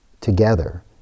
together